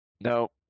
No